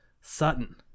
Sutton